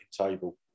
table